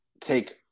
take